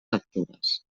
lectures